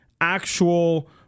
actual